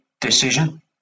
decision